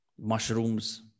mushrooms